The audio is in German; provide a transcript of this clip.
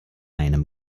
einem